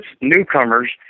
newcomers